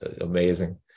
amazing